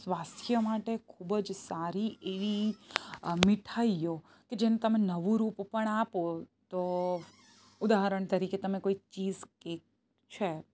સ્વાસ્થ્ય માટે ખૂબ જ સારી એવી મીઠાઈયો કે જેને તમે નવું રૂપ પણ આપો તો ઉદાહરણ તરીકે તમે કોઈ ચીઝ કેક છે